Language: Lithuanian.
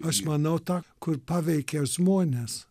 aš manau ta kur paveikia žmones